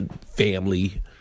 family